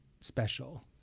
special